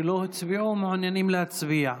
שלא הצביעו ומעוניינים להצביע?